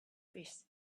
fish